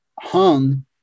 hung